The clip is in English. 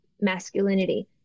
masculinity